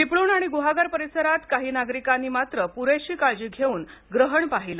चिपळूण आणि गुहागर परिसरात काही नागरिकांनी मात्र पुरेशी काळजी घेऊन ग्रहण पाहिलं